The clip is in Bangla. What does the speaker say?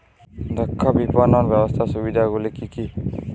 দক্ষ বিপণন ব্যবস্থার সুবিধাগুলি কি কি?